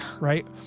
right